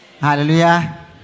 Hallelujah